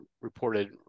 reported